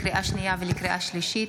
לקריאה שנייה ולקריאה שלישית,